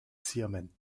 xiamen